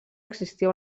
existia